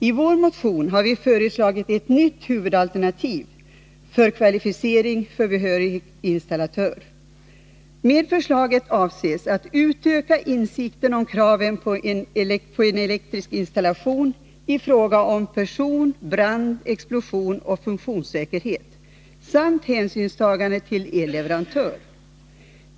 I vår motion har vi föreslagit ett nytt huvudalternativ för kvalificering för behörig installatör. Med förslaget avses att utöka insikten om kraven på elektrisk installation i fråga om person-, brand-, explosionsoch funktionssäkerhet samt hänsynstagande till elleverantör.